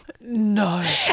No